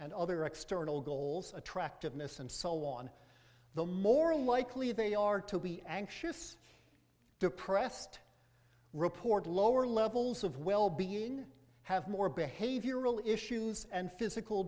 and other external goals attractiveness and so on the more likely they are to be anxious depressed report lower levels of well being have more behavioral issues and physical